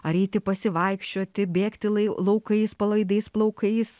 ar eiti pasivaikščioti bėgti lai laukais palaidais plaukais